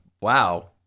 wow